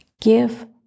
give